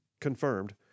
confirmed